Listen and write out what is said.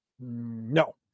no